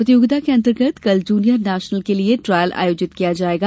प्रतियोगिता के अंतर्गत कल जूनियर नेशनल के लिए ट्रायल आयोजित किया जाएगा